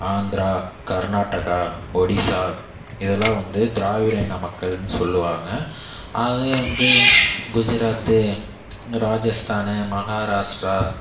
ஆந்திரா கர்நாடகா ஒடிசா இதெல்லாம் வந்து திராவிட இன மக்கள்னு சொல்லுவாங்க அது வந்து குஜராத் ராஜஸ்தான் மஹாராஷ்டிரா